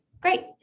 Great